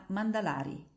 Mandalari